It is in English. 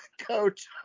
coach